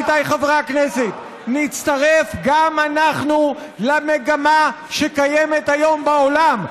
עמיתיי חברי הכנסת: נצטרף גם אנחנו למגמה שקיימת היום בעולם.